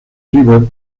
river